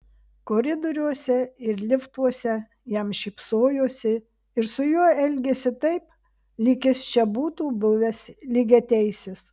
koridoriuose ir liftuose jam šypsojosi ir su juo elgėsi taip lyg jis čia būtų buvęs lygiateisis